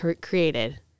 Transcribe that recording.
created